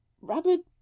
rabbit